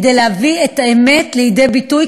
כדי להביא את האמת לידי ביטוי,